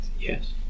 Yes